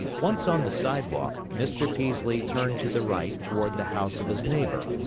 once on the sidewalk, mr. peaslee turned to the right toward the house of his neighbor,